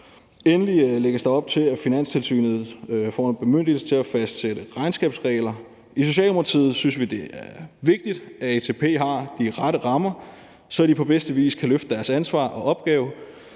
Endelig lægges der op til, at Finanstilsynet får en bemyndigelse til at fastsætte regnskabsregler. I Socialdemokratiet synes vi, det er vigtigt, at ATP har de rette rammer, så de på bedste vis kan løfte deres ansvar og opgave.